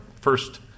first